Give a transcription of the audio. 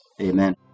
Amen